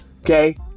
Okay